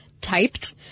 typed